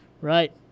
Right